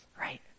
right